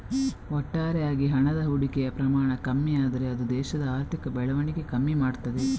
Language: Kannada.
ಒಟ್ಟಾರೆ ಆಗಿ ಹಣದ ಹೂಡಿಕೆಯ ಪ್ರಮಾಣ ಕಮ್ಮಿ ಆದ್ರೆ ಅದು ದೇಶದ ಆರ್ಥಿಕ ಬೆಳವಣಿಗೆ ಕಮ್ಮಿ ಮಾಡ್ತದೆ